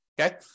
Okay